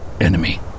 enemy